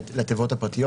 לתיבות הפרטיות.